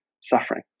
suffering